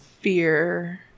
fear